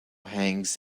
hangs